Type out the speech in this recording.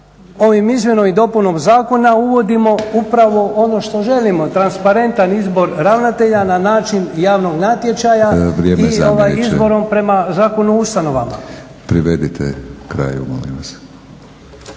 ovim izmjenom i dopunom zakona uvodimo upravo ono što želimo, transparentan izbor ravnatelja na način javnog natječaja …/Upadica se ne čuje./… … I izborom prema Zakonu o ustanovama. …/Upadica: Privedite kraju, molim vas./…